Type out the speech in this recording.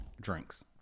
Drinks